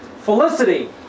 Felicity